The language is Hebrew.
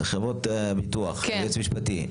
חברות הביטוח, הייעוץ המשפטי?